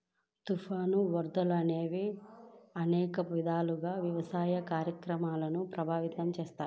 తుఫాను, వరదలు అనేవి అనేక విధాలుగా వ్యవసాయ కార్యకలాపాలను ప్రభావితం చేస్తాయి